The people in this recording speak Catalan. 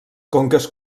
conques